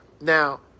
Now